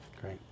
Great